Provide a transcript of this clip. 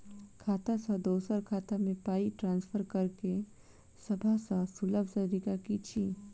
खाता सँ दोसर खाता मे पाई ट्रान्सफर करैक सभसँ सुलभ तरीका की छी?